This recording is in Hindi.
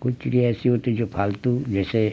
कुछ चिड़िया ऐसी होती है जो फ़ालतू जैसे